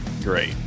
Great